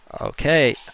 Okay